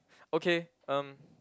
okay um